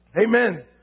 Amen